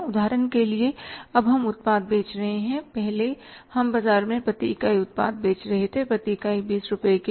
उदाहरण के लिए अब हम उत्पाद बेच रहे हैं पहले हम बाजार में प्रति इकाई उत्पाद बेच रहे थे प्रति इकाई 20 रुपये के लिए